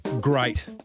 great